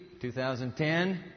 2010